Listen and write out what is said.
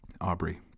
Aubrey